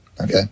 Okay